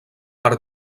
per